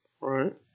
Right